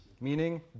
meaning